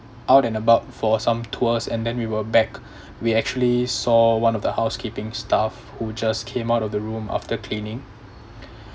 out and about for some tours and then we were back we actually saw one of the housekeeping staff who just came out of the room after cleaning